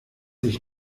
ich